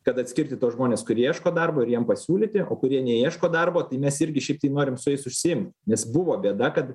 kad atskirti tuos žmones kurie ieško darbo ir jiem pasiūlyti o kurie neieško darbo tai mes irgi šiaip tai norim su jais užsiimt nes buvo bėda kad